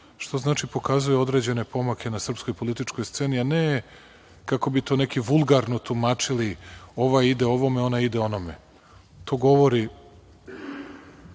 To pokazuje određene pomake na srpskoj političkoj sceni, a ne, kako bi to neki vulgarno tumačili, ovaj ide ovome, onaj ide onome. To govori